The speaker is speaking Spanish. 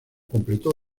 completó